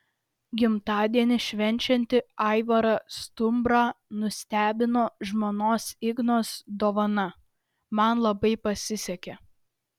gimtadienį švenčiantį aivarą stumbrą nustebino žmonos ingos dovana man labai pasisekė